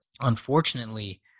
unfortunately